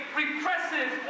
repressive